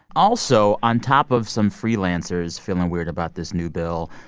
also on top of some freelancers feeling weird about this new bill,